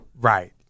Right